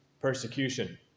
persecution